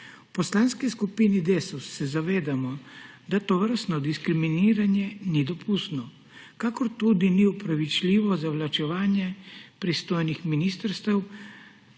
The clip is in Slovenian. V Poslanski skupini Desus se zavedamo, da tovrstno diskriminiranje ni dopustno, kakor tudi ni opravičljivo zavlačevanje pristojnih ministrstev,